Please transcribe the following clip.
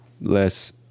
less